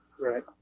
Right